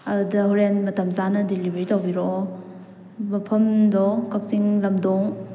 ꯑꯗꯨꯗ ꯍꯣꯔꯦꯟ ꯃꯇꯝ ꯆꯥꯅ ꯗꯤꯂꯤꯚꯔꯤ ꯇꯧꯕꯤꯔꯀꯑꯣ ꯃꯐꯝꯗꯣ ꯀꯛꯆꯤꯡ ꯂꯝꯗꯣꯡ